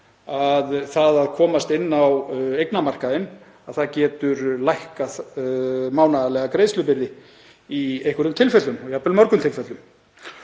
að það að komast inn á eignamarkaðinn getur lækkað mánaðarlega greiðslubyrði í einhverjum tilfellum og jafnvel mörgum tilfellum.